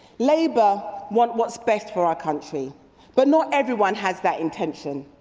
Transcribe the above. labour want what is best for our country but not everyone has that intention.